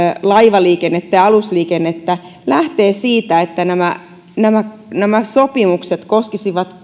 laivaliikennettä ja alusliikennettä lähtee siitä että nämä nämä sopimukset koskisivat